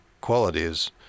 qualities